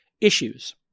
Issues